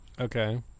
Okay